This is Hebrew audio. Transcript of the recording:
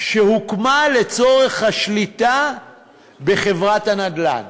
שהוקמה לצורך השליטה בחברת הנדל"ן